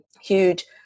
Huge